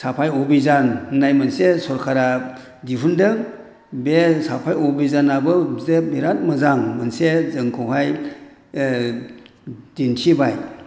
साफाय अभियान होननाय मोनसे सरकारा दिहुनदों बे साफाय अभियानाबो मोनसे बिराद मोजां मोनसे जोंखौहाय दिन्थिबाय